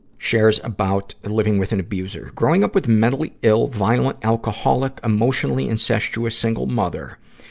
shares about living with an abuser. growing up with mentally ill, violent, alcoholic, emotionally incestuous, single mother.